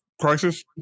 Crisis